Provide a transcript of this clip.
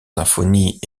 symphonies